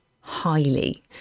highly